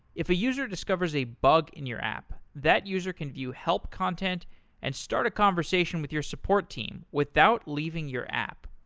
if a user discovers a bug in your app, that user can view help content and start a conversation with your support team without leaving your app.